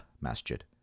masjid